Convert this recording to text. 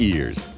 Ears